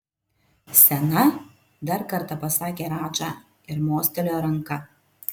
sena dar kartą pasakė radža ir mostelėjo ranka